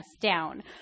down